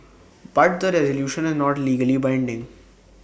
but the resolution is not legally binding